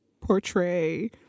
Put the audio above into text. portray